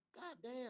Goddamn